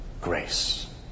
grace